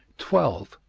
twelve.